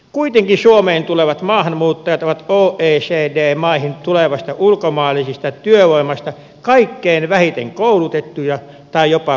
kuitenkin suomeen tulevat maahanmuuttajat ovat oecd maihin tulevasta ulkomaalaisesta työvoimasta kaikkein vähiten koulutettuja tai jopa lukutaidottomia